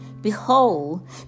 behold